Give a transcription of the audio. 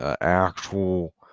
Actual